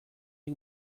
luc